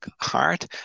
heart